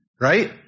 right